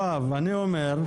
יואב, אני אומר: